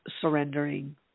surrendering